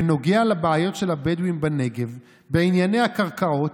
בנוגע לבעיות של הבדואים בנגב בענייני הקרקעות,